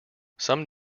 some